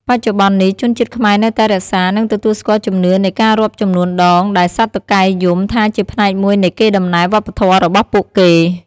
បច្ចុប្បន្ននេះ ជនជាតិខ្មែរនៅតែរក្សា និងទទួលស្គាល់ជំនឿនៃការរាប់ចំនួនដងដែលសត្វតុកែយំថាជាផ្នែកមួយនៃកេរដំណែលវប្បធម៌របស់ពួកគេ។